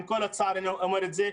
בצער אני אומר את זה,